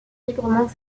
librement